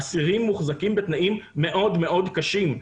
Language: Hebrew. אסירים מוחזקים בתנאים מאוד מאוד קשים.